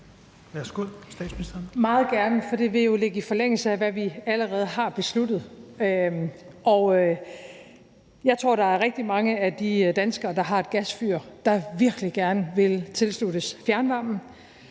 Det vil jeg meget gerne, for det vil jo ligge i forlængelse af, hvad vi allerede har besluttet. Og jeg tror, der er rigtig mange af de danskere, der har et gasfyr, der virkelig gerne vil tilsluttes fjernvarme,